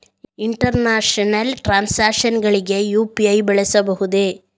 International transactions ಗಳಿಗೆ UPI ಬಳಸಬಹುದೇ?